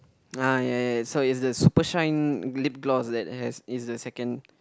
ah ya ya ya so it's the super shine lip gloss that has is the second